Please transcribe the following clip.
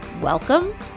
Welcome